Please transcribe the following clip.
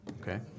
okay